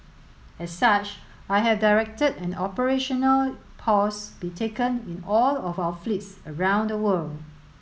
as such I have directed an operational pause be taken in all of our fleets around the world